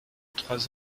trois